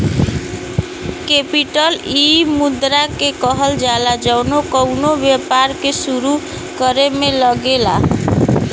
capital इ मुद्रा के कहल जाला जौन कउनो व्यापार के सुरू करे मे लगेला